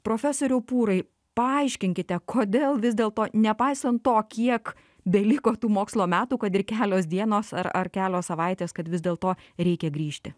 profesoriau pūrai paaiškinkite kodėl vis dėlto nepaisant to kiek beliko tų mokslo metų kad ir kelios dienos ar ar kelios savaitės kad vis dėlto reikia grįžti